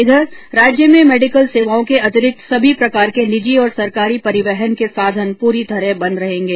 इधर राज्य में मेडिकल सेवाओं के अतिरिक्त सभी प्रकार के निजी और सरकारी परिवहन के साधन पूरी तरह बंद रहेंगे